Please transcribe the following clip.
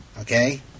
Okay